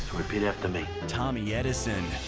repeat after me. tommy edison.